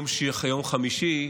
ביום חמישי,